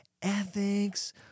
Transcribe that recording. ethics